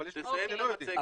אבל יש כאלה שלא יודעים.